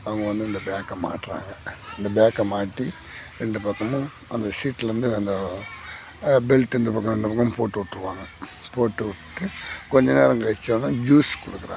அவங்க வந்து இந்த பேக்கை மாட்டுறாங்க இந்த பேக்கை மாட்டி ரெண்டு பக்கமும் அந்த சீட்டிலேருந்து அந்த பெல்ட்டு இந்த பக்கம் அந்த பக்கம் போட்டு விட்ருவாங்க போட்டு விட்டு கொஞ்சம் நேரம் கழித்த ஒடனே ஜூஸ் கொடுக்குறாங்க